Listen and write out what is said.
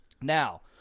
now